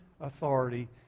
authority